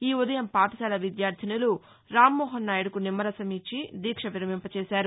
ఈ ఉదయం పాఠశాల విద్యార్థినులు రామ్మోహన్ నాయుడుకు నిమ్మరసం ఇచ్చి దీక్ష విరమింపచేశారు